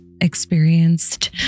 experienced